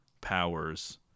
powers